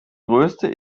größte